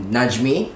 Najmi